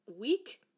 week